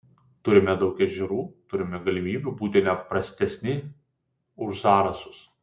turime daug ežerų turime galimybių būti ne prastesni už zarasus